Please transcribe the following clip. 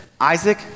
Isaac